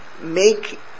Make